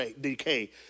decay